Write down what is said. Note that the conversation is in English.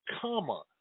comma